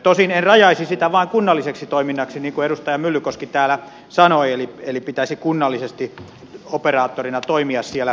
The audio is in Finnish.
tosin en rajaisi sitä vain kunnalliseksi toiminnaksi niin kuin edustaja myllykoski täällä sanoi eli että pitäisi kunnallisesti operaattorina toimia siellä